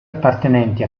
appartenenti